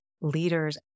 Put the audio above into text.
leaders